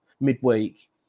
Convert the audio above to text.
midweek